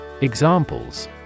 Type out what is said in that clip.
Examples